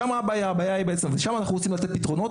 שם הבעיה ושם אנחנו רוצים לתת תוכניות.